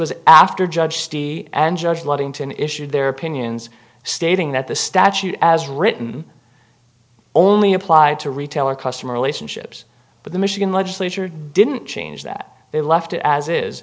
was after judge and judge ludington issued their opinions stating that the statute as written only applied to retailer customer relationships but the michigan legislature didn't change that they left it as is